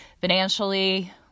Financially